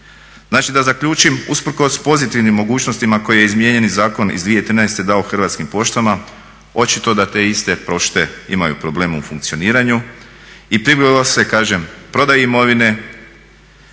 Znači da zaključim, usprkos pozitivnim mogućnostima koje je izmijenjeni zakon iz 2013. dao Hrvatskim poštama očito da te iste pošte imaju problem u funkcioniranju. I pribjeglo se, kažem prodaji imovine.